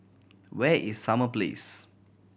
where is Summer Place